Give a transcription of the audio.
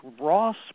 Ross